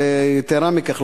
יתירה מכך,